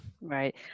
Right